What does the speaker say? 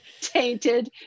tainted